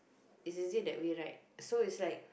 it's easier that way right so it's like